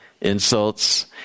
insults